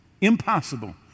impossible